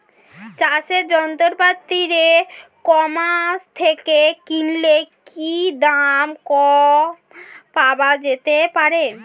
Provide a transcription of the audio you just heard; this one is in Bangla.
চাষের যন্ত্রপাতি ই কমার্স থেকে কিনলে কি দাম কম পাওয়া যেতে পারে?